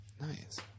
Nice